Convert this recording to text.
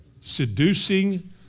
Seducing